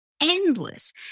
endless